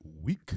week